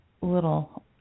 little